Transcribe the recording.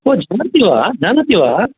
हो जानपि वा जानाति वा